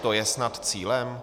To je snad cílem?